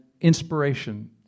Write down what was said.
inspiration